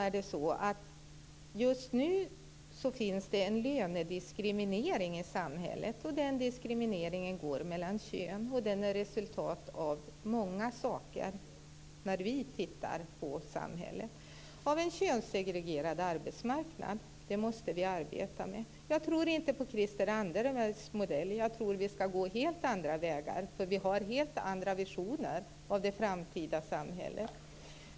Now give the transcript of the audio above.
Däremot finns det just nu en lönediskriminering i samhället som går mellan könen och som är resultatet av många saker - det anser vi vänsterpartister med vår syn på samhället. Den är t.ex. resultatet av en könssegregerad arbetsmarknad. Detta måste vi arbeta med. Jag tror inte på Christel Anderbergs modell, utan jag tror att vi skall gå helt andra vägar. Vänsterpartiet har nämligen helt andra visioner om det framtida samhället.